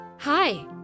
Hi